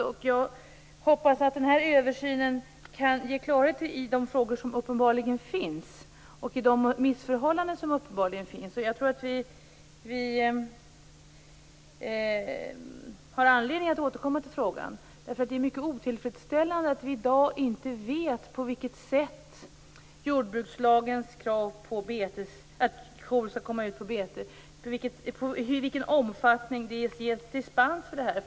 Jag hoppas att den här översynen kan ge klarhet om de frågor och missförhållanden som uppenbarligen finns. Jag tror att vi har anledning att återkomma till frågan, för det är mycket otillfredsställande att vi i dag inte vet i vilken omfattning det ges dispens från jordbrukslagens krav om att kor skall komma ut på bete.